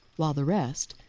while the rest,